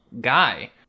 guy